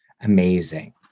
amazing